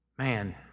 Man